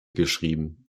geschrieben